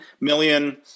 million